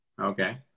Okay